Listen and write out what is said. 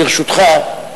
ברשותך,